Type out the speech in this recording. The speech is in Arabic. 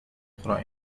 أخرى